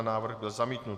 Návrh byl zamítnut.